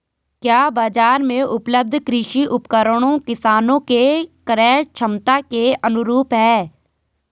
क्या बाजार में उपलब्ध कृषि उपकरण किसानों के क्रयक्षमता के अनुरूप हैं?